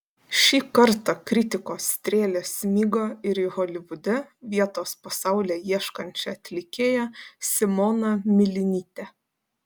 šį kartą kritikos strėlės smigo ir į holivude vietos po saule ieškančią atlikėją simoną milinytę